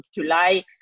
july